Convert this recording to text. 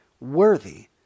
worthy